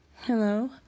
Hello